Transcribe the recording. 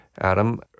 Adam